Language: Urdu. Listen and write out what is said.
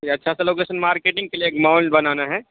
کوئی اچھا سا لوکیشن مارکیٹنگ کے لیے مال بنانا ہے